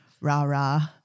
rah-rah